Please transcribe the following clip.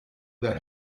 that